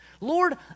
Lord